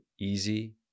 easy